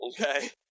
Okay